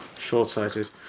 short-sighted